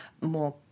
more